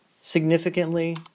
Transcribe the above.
Significantly